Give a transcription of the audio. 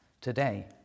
today